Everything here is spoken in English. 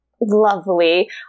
lovely